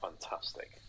fantastic